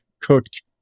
cooked